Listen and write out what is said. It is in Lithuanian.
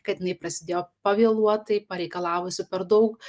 kad jinai prasidėjo pavėluotai pareikalavusi per daug